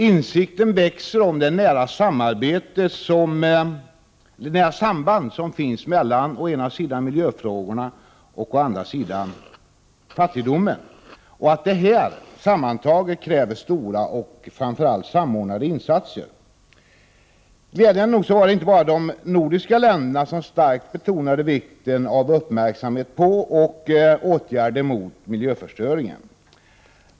Insikten växer om att det finns ett mycket nära samband mellan å ena sidan miljöfrågorna och å andra sidan fattigdomen och att detta kräver stora och framför allt samordnade insatser. Glädjande nog var det inte bara de nordiska länderna som starkt betonade vikten av uppmärksamhet på och åtgärder mot miljöförstöringen.